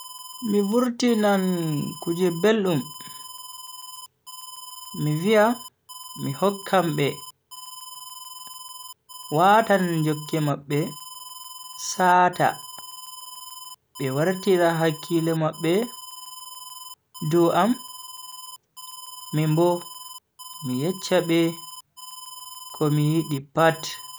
Mi vurtinan kuje beldum mi viya mi hokkan be. watan jokke mabbe sata be wartira hakkilo mabbe dow am minbo mi yeccha be komi yidi pat.